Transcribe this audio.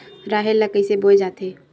राहेर ल कइसे बोय जाथे?